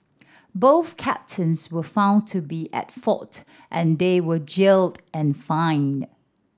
both captains were found to be at fault and they were jailed and fined